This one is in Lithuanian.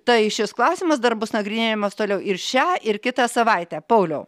tai šis klausimas dar bus nagrinėjamas toliau ir šią ir kitą savaitę pauliau